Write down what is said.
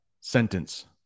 sentence